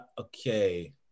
okay